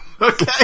Okay